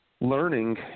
learning